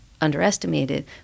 underestimated